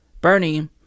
Bernie